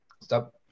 Stop